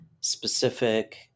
specific